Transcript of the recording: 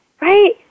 Right